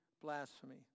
blasphemy